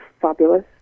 fabulous